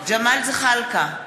ג'מאל זחאלקה,